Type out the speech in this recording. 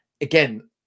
again